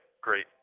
great